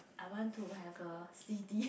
I want to have a CD